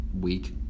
week